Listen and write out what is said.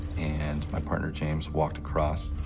and my partner james walked across,